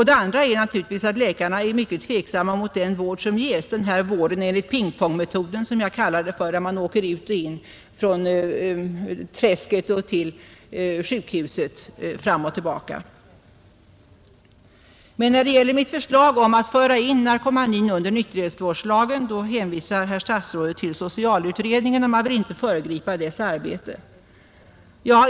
Den andra är naturligtvis att läkarna är mycket tveksamma mot den vård som ges, dvs. vård enligt pingpongmetoden — som jag brukar kalla den — där patienten åker fram och tillbaka mellan träsket och sjukhuset. Men när det gäller mitt förslag att föra in narkomanin under nykterhetsvårdslagen hänvisar herr statsrådet till socialutredningen och vill inte föregripa dess arbete.